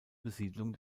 besiedelung